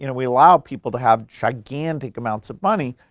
you know we allow people to have gigantic amounts of money,